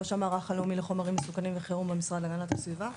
ראש המערך הלאומי לחומרים מסוכנים וחירום במשרד להגנת הסביבה.